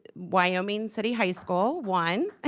wyoming city high school won. ah